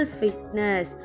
fitness